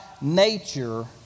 nature